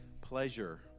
pleasure